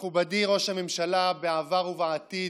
מכובדי ראש הממשלה בעבר ובעתיד,